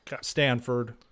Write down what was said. Stanford